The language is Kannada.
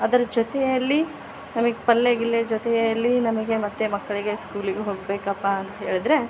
ಅದರ ಜೊತೆಯಲ್ಲಿ ನಮಗೆ ಪಲ್ಲೆ ಗಿಲ್ಲೆ ಜೊತೆಯಲ್ಲಿ ನಮಗೆ ಮತ್ತು ಮಕ್ಕಳಿಗೆ ಸ್ಕೂಲಿಗೆ ಹೋಗಬೇಕಪ್ಪಾ ಅಂತ ಹೇಳಿದರೆ